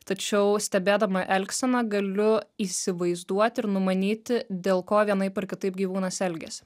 tačiau stebėdama elgseną galiu įsivaizduoti ir numanyti dėl ko vienaip ar kitaip gyvūnas elgiasi